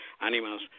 animals